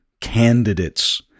candidates